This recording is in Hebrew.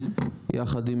ביחד עם